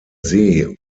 see